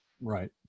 Right